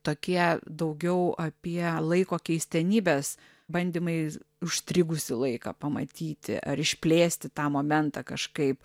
tokie daugiau apie laiko keistenybes bandymai užstrigusį laiką pamatyti ar išplėsti tą momentą kažkaip